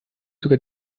sogar